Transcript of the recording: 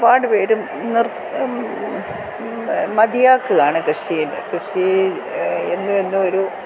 ഒരുപാടുപേരും നിർ മതിയാക്കുകയാണ് കൃഷിയിൽ കൃഷി എന്നുമെന്നും ഒരു